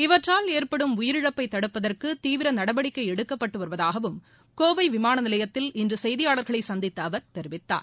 இவற்றால் ஏற்படும் உயிரிழப்பை தடுப்பதற்கு தீவிர நடவடிக்கை எடுக்கப்பட்டு வருவதாகவும் கோவை விமான நிலையத்தில் இன்று செய்தியாளர்களை சந்தித்த அவர் தெரிவித்தார்